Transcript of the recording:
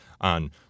on